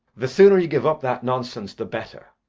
the sooner you give up that nonsense the better.